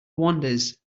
wanders